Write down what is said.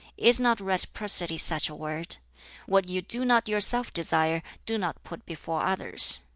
is not reciprocity such a word what you do not yourself desire, do not put before others.